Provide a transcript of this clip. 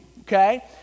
Okay